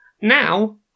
Now